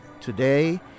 Today